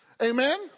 Amen